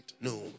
no